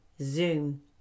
Zoom